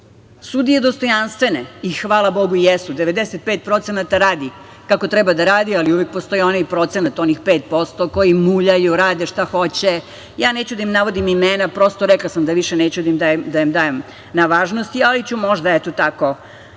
Sudije dostojanstvene i hvala Bogu jesu, 95% radi kako treba da radi, ali uvek postoji onaj procenat, onih 5% koji muljaju, rade šta hoće. Neću da im navodim imena, prosto rekla sam da više neću da im dajem na važnosti, ali ću možda